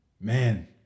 man